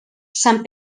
sant